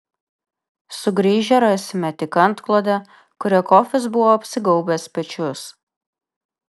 sugrįžę rasime tik antklodę kuria kofis buvo apsigaubęs pečius